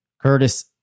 Curtis